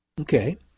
okay